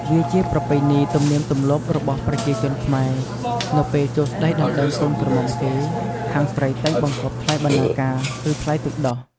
វាជាប្រពៃណីទំនៀមទម្លាប់របស់ប្រជាជនខ្មែរ នៅពេលចូលស្ដីដណ្ដឹងកូនក្រមុំគេ ខាងស្រីតែងបង្គាប់ថ្លៃបណ្ណាការ ឬថ្លៃទឹកដោះ។